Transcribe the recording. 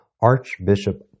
Archbishop